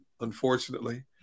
unfortunately